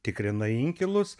tikrina inkilus